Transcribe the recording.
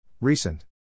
Recent